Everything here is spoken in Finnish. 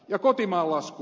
ja kotimaan lasku